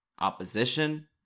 opposition